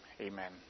amen